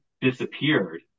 disappeared